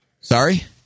Sorry